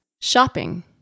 shopping